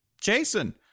Jason